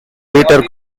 peter